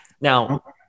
Now